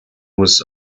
was